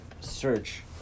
search